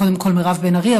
קודם כול מירב בן ארי,